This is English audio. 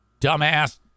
dumbass